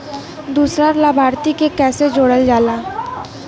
दूसरा लाभार्थी के कैसे जोड़ल जाला?